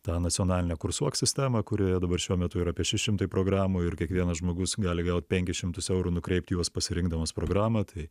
tą nacionalinę kursuok sistemą kurioje dabar šiuo metu yra apie šeši šimtai programų ir kiekvienas žmogus gali gaut penkis šimtus eurų nukreipti juos pasirinkdamas programą tai